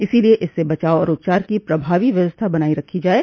इसलिए इससे बचाव और उपचार की प्रभावी व्यवस्था बनाई रखी जाये